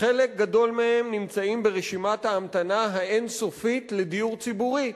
חלק גדול מהם נמצאים ברשימת ההמתנה האין-סופית לדיור ציבורי.